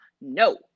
no